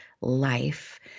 life